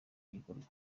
gikorwa